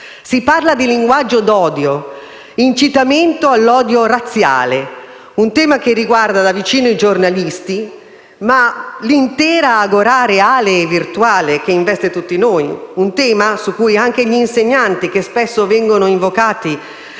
Si parla di linguaggio d'odio e di incitamento all'odio razziale, un tema che riguarda da vicino non solo i giornalisti, ma l'intera *agorà* reale e virtuale che investe tutti noi; un tema su cui anche gli insegnanti, che spesso vengono invocati